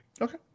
Okay